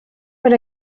per